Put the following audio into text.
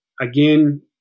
Again